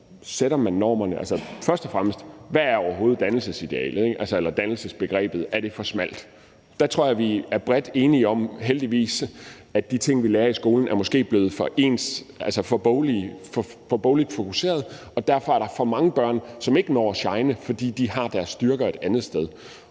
fastsætter normerne, altså først og fremmest: Hvad er overhovedet dannelsesidealet eller dannelsesbegrebet? Er det for smalt? Der tror jeg, vi er bredt enige om – heldigvis – at de ting, vi lærer i skolen, måske er blevet for ens, altså for bogligt fokuseret. Og derfor er der for mange børn, som ikke når at shine, altså fordi de har deres styrker et andet sted.